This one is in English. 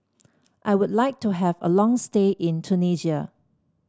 I would like to have a long stay in Tunisia